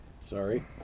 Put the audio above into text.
sorry